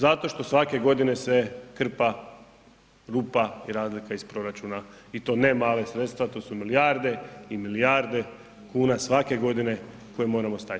Zato što svake godine se krpa rupa i razlika iz proračuna i to ne mala sredstva, to su milijarde i milijarde kuna svake godine koje moramo staviti.